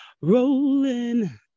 rolling